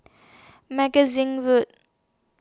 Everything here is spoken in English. Magazine Road